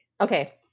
okay